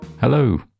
Hello